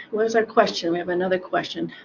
what is our question? we have another question.